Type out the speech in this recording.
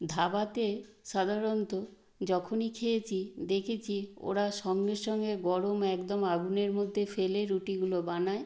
ধাবাতে সাধারণত যখনই খেয়েছি দেখেছি ওরা সঙ্গে সঙ্গে গরম একদম আগুনের মধ্যে ফেলে রুটিগুলো বানায়